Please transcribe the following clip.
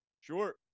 Sure